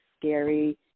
scary